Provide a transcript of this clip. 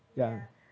ya